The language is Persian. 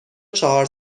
چهار